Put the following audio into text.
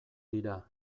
dira